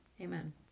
amen